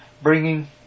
Bringing